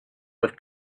with